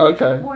Okay